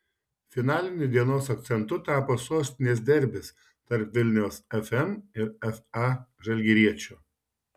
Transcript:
finaliniu dienos akcentu tapo sostinės derbis tarp vilniaus fm ir fa žalgiriečio